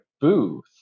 booth